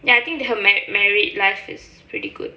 ya I think her marr~ married life is pretty good